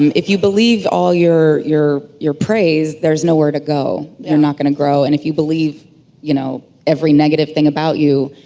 if you believe all your your praise, there's no where to go, you're not going to grow. and if you believe you know every negative thing about you,